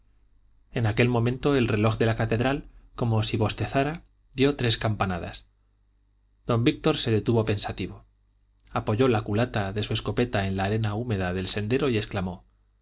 en aquel momento el reloj de la catedral como si bostezara dio tres campanadas don víctor se detuvo pensativo apoyó la culata de su escopeta en la arena húmeda del sendero y exclamó